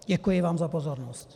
Děkuji vám za pozornost.